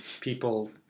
people